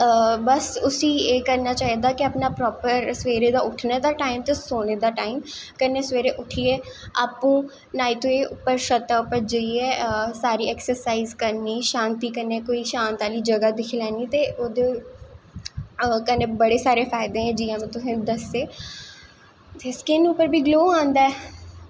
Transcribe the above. बस उसी एह् करनां चाही दा कि प्रापर सवेरे उट्ठनें दा टाईम ते सौनें दा टाईम कन्नैं सवेरे उट्ठियै अप्पूं न्हाई धोईयै उप्पर छत्ता पर जाईयै सारी ऐक्सर्साईज़ करनी शांति कन्नैं कोई शांति आह्ली जगह् दिक्खी लैनी ते ओह्दे कन्नैं बड़े सारे फायदे जियां में तुसेंगी दस्से ते स्किन उप्पर बी ग्लो आंदा ऐ